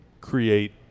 create